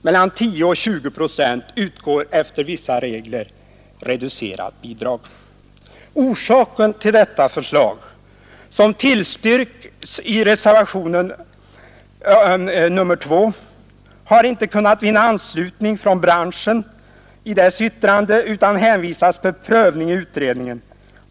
Mellan 10 och 20 procent utgår efter vissa regler reducerat bidrag. Detta förslag, som tillstyrks i reservationen 2, har inte kunnat vinna anslutning från branschen i dess yttrande utan hänvisas till prövning i utredningen.